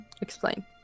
explain